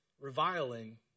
reviling